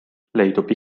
leidub